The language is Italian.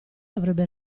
avrebbe